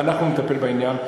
אנחנו נטפל בעניין.